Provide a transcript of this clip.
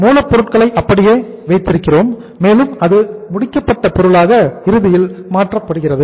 மூலப்பொருட்களை அப்படியே வைத்திருக்கிறோம் மேலும் அது முடிக்கப்பட்ட பொருட்களாக இறுதியில் மாற்றப்படுகிறது